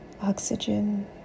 oxygen